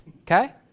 Okay